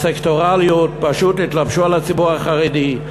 הסקטוריאליות, פשוט התלבשו על הציבור החרדי.